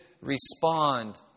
respond